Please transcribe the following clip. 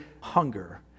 hunger